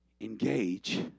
engage